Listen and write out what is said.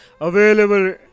available